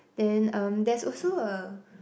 then um there's also a